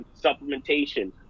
supplementation